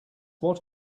what